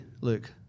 Luke